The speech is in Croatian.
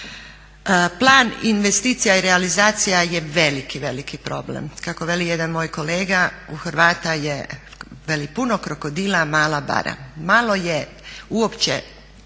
Plan investicija i realizacija je veliki, veliki problem. Kako veli jedan moj kolega u Hrvata je veli puno krokodila, a mala bara. Malo je uopće